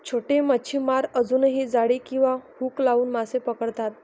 छोटे मच्छीमार अजूनही जाळी किंवा हुक लावून मासे पकडतात